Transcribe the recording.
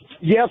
Yes